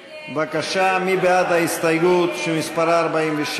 בבקשה, מי בעד ההסתייגות שמספרה 47?